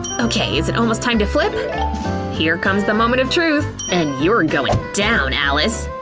okay, is it almost time to flip? here comes the moment of truth. and you're goin' down, alice.